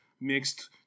mixed